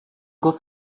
گفت